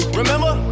remember